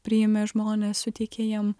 priėmė žmones suteikė jiem